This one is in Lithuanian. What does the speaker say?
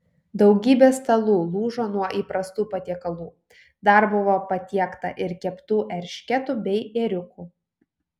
daugybė stalų lūžo nuo įprastų patiekalų dar buvo patiekta ir keptų eršketų bei ėriukų